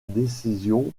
décision